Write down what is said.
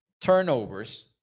turnovers